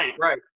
right